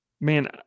man